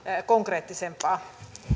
konkreettisempaa